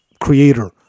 creator